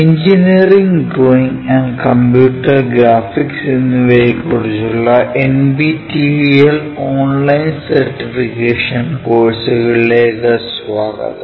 engineering drawing and computer graphics എന്നിവയെക്കുറിച്ചുള്ള NPTEL online certification കോഴ്സുകളിലേക്ക് സ്വാഗതം